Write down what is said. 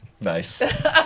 Nice